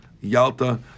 Yalta